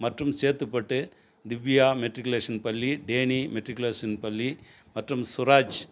மற்றும் சேத்துப்பட்டு திவ்யா மெட்ரிகுலேசன் பள்ளி Danny matriculation பள்ளி மற்றும் சுராஜ்